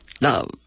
love